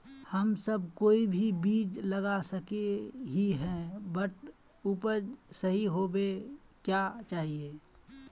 हम सब कोई भी बीज लगा सके ही है बट उपज सही होबे क्याँ चाहिए?